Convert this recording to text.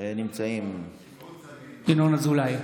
ינון אזולאי,